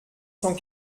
cent